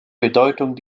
bedeutung